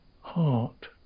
heart